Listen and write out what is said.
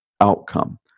outcome